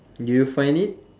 do you find it